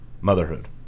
Motherhood